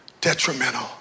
detrimental